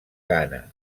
ghana